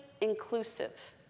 inclusive